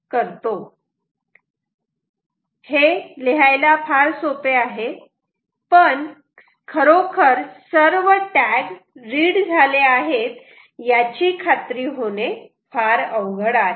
हे लिहायला फार सोपे आहे पण खरोखर सर्व टॅग खरोखर रीड झाले आहेत याची खात्री होणे फार अवघड आहे